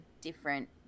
different